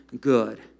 good